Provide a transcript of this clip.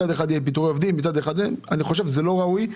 מצד אחד יהיו פיטורי עובדים זה לא ראוי.